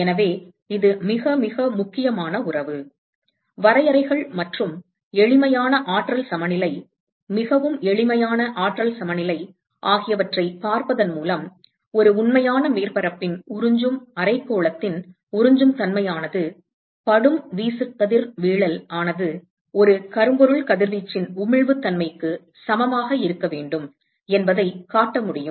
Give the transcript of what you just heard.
எனவே இது மிக மிக முக்கியமான உறவு வரையறைகள் மற்றும் எளிமையான ஆற்றல் சமநிலை மிகவும் எளிமையான ஆற்றல் சமநிலை ஆகியவற்றைப் பார்ப்பதன் மூலம் ஒரு உண்மையான மேற்பரப்பின் உறிஞ்சும் அரைக்கோளத்தின் உறிஞ்சும் தன்மையானது படும் வீசுகதிர்வீழல் ஆனது ஒரு கரும்பொருள் கதிர்வீச்சின் உமிழ்வுத்தன்மைக்கு சமமாக இருக்க வேண்டும் என்பதைக் காட்ட முடியும்